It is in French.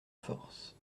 force